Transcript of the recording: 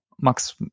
max